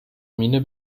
miene